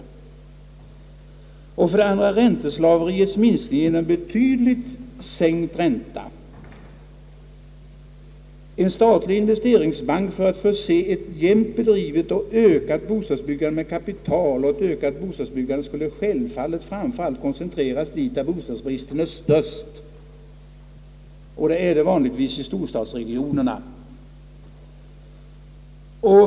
För det andra vill jag nämna ränteslaveriets minskning genom en betydligt sänkt ränta. För det tredje tar vi upp frågan om en statlig investeringsbank för att förse ett jämnt bedrivet och ökat bostadsbyggande med kapital — detta ökade bostadsbyggande skulle självfallet koncentreras dit där bostadsbristen är störst, och det är den vanligtvis i storstadsregionerna.